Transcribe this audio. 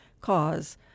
cause